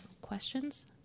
questions